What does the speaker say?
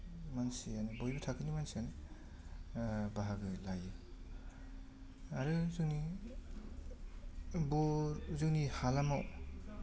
मानसियानो बयबो थाखोनि मानसियानो बाहागो लायो आरो जोंनि बर' जोंनि हालामाव